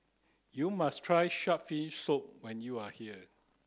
you must try shark's fin soup when you are here